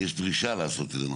דרישה לעשות את זה.